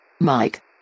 mike